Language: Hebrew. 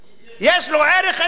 יש לו ערך אם הוא ביטחוני.